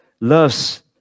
loves